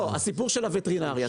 הסיפור של הווטרינריה,